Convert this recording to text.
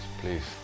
please